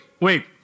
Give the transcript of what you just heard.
wait